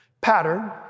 pattern